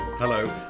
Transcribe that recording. Hello